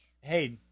Hey